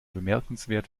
bemerkenswert